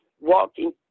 walking